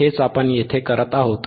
हेच आपण येथे करत आहोत